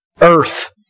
earth